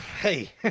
Hey